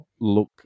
look